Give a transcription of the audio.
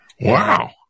Wow